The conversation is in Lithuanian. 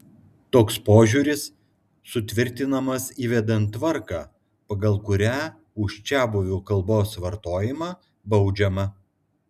toks požiūris sutvirtinamas įvedant tvarką pagal kurią už čiabuvių kalbos vartojimą baudžiama